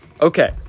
Okay